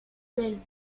del